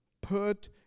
Put